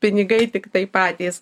pinigai tiktai patys